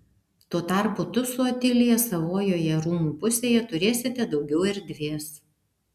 tuo tarpu tu su otilija savojoje rūmų pusėje turėsite daugiau erdvės